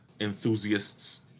enthusiasts